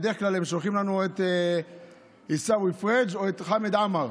שולחים לנו את עיסאווי פריג' או את חמד עמאר